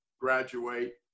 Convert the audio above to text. graduate